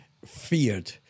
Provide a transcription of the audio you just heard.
Feared